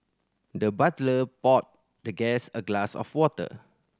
the butler poured the guest a glass of water